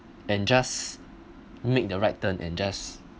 and just made the right turn and just